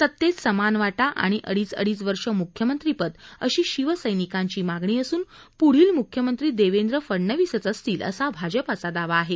सत्तेत सामान वाटा आणि अडीच अडीच वर्ष मुख्यमंत्रीपद अशी शिवसैनिकांची मागणी असून पुढील मुख्यमंत्री देवेंद्र फडणवीसंच असतील असा भाजपाचा दावा आहे